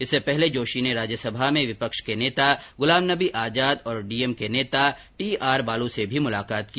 इससे पहले जोशी ने राज्यसभा में विपक्ष के नेता गुलाम नबी आजाद और डीएमके नेता टीआर बालू से भी मुलाकात की